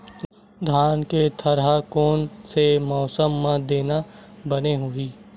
धान के थरहा कोन से मौसम म देना बने होही?